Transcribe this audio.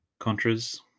Contras